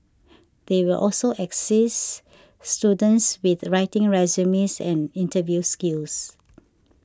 they will also assist students with writing resumes and interview skills